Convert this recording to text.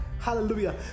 Hallelujah